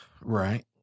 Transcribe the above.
Right